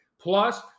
Plus